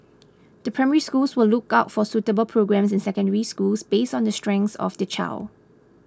the Primary Schools will look out for suitable programmes in Secondary Schools based on the strengths of the child